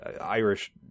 Irish